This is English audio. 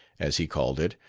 as he called it,